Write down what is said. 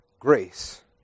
Grace